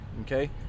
okay